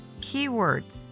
keywords